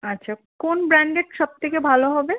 আচ্ছা কোন ব্র্যান্ডেড সব থেকে ভালো হবে